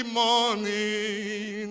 morning